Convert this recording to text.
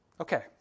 Okay